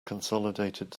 consolidated